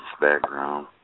background